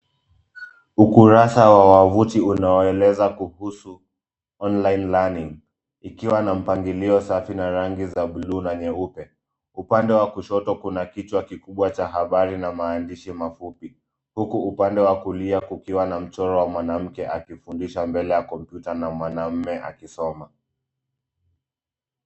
Ukurasa wawavuti unaweleza kuhusu[cs} online learning{cs}. Ikiwa na mpangilio safi na rangi za bluu na nyeupe. Upande wa kushoto kuna kichwa kikubwa cha habari na maandishi mafupi. Huku upande wa kulia kukiwa na mchoro wa mwanamke akifundisha mbele ya kompyuta na mwanamme akisoma.